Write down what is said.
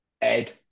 Ed